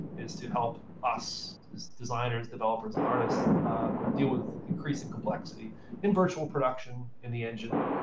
is to help us designers, developers, and artists deal with increasing complexity in virtual production, in the engine,